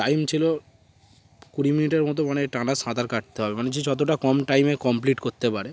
time ছিল কুড়ি মিনিটের মতো মানে টানা সাঁতার কাটতে হবে মানে যে যতটা কম টাইমে কমপ্লিট করতে পারে